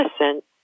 innocent